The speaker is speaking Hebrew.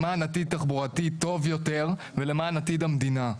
למען עתיד תחבורתי טוב יותר ולמען עתיד המדינה.